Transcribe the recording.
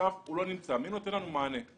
והוא לא נמצא, מי נותן לנו מענה?